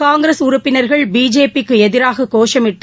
காங்கிரஸ் உறுப்பினர்கள் பிஜேபி க்கு எதிராக கோஷமிட்டு